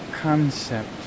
concept